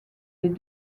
des